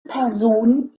person